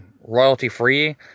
royalty-free